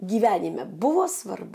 gyvenime buvo svarbu